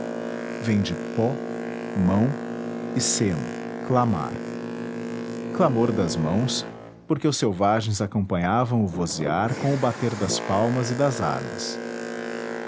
vem de po mão e cemo clamar clamor das mãos porque os selvagens acompanhavam o vozear com o bater das palmas e das armas